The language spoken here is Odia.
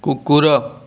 କୁକୁର